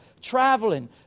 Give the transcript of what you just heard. traveling